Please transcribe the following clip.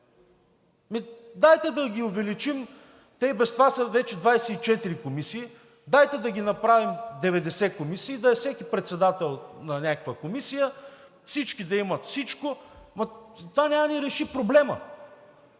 Дайте да ги увеличим – те и без това са 24 комисии, дайте да ги направим 90 комисии, всеки да е председател на някаква комисия, всички да имат всичко. Ама това няма да ни реши проблема,